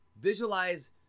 Visualize